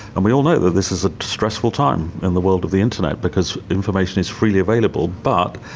and we all know that this is a stressful time in the world of the internet because information is freely available, but,